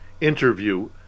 interview